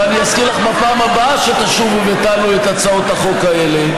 ואני אזכיר לך בפעם הבאה שתשובו ותעלו את הצעות החוק האלה,